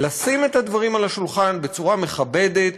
לשים את הדברים על השולחן בצורה מכבדת,